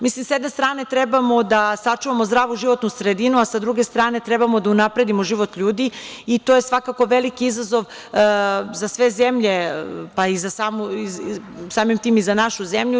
Mislim, sa jedne strane treba da sačuvamo zdravu životnu sredinu, a sa druge strane trebamo da unapredimo život ljudi i to je svakako veliki izazov za sve zemlje, pa samim tim i za našu zemlju.